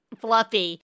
Fluffy